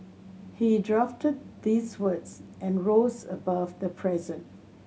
he drafted these words and rose above the present